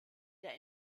der